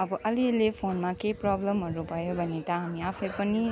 अब अलिअलि फोनमा केही प्रबलमहरू भयो भने त हामी आफै पनि